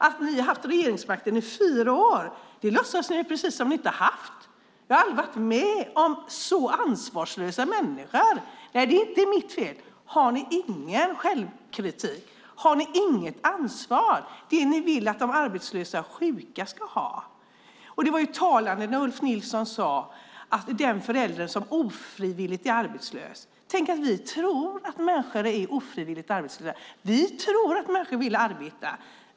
Att ni har haft regeringsmakten i fyra år låtsas ni inte om. Jag har aldrig varit med om så ansvarslösa människor - "nej, det är inte mitt fel". Har ni ingen självkritik? Har ni inget ansvar, det som ni vill att de arbetslösa och sjuka ska ha? Det var talande när Ulf Nilsson nämnde den förälder som är ofrivilligt arbetslös. Tänk att vi tror att människor är ofrivilligt arbetslösa! Vi tror att människor vill arbeta.